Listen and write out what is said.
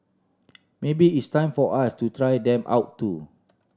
maybe it's time for us to try them out too